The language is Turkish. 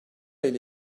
ile